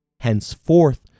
Henceforth